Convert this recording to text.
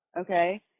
Okay